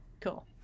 Cool